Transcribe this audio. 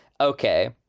Okay